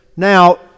Now